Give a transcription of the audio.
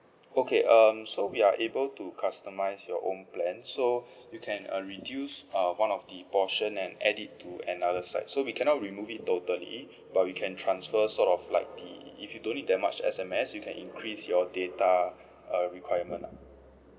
okay um so we are able to customise your own plan so you can uh reduce uh one of the portion and add it to another side so we cannot remove it totally but we can transfer sort of like the if you don't need that much S_M_S you can increase your data uh requirement lah